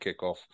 kickoff